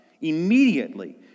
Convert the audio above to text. Immediately